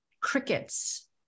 crickets